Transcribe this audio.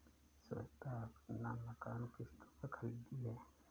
श्वेता अपना मकान किश्तों पर खरीदी है